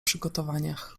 przygotowaniach